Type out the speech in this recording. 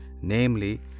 namely